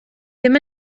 ddim